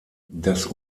das